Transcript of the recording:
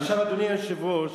אדוני היושב-ראש,